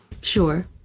Sure